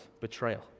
betrayal